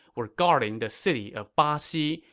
were guarding the city of baxi,